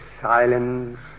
silence